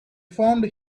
formed